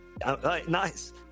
Nice